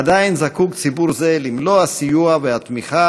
עדיין ציבור זה זקוק למלוא הסיוע והתמיכה,